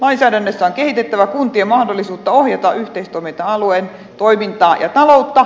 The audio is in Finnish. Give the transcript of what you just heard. lainsäädännössä on kehitettävä kuntien mahdollisuutta ohjata yhteistoiminta alueen toimintaa ja taloutta